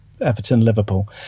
Everton-Liverpool